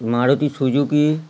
Maruti Suzuki